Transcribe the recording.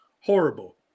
horrible